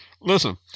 Listen